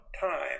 time